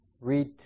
read